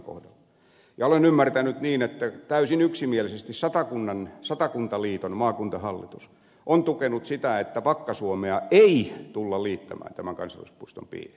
ja olen ymmärtänyt niin että täysin yksimielisesti satakuntaliiton maakuntahallitus on tukenut sitä että vakka suomea ei tulla liittämään tämän kansallispuiston piiriin